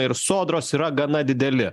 ir sodros yra gana dideli